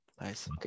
Nice